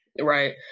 Right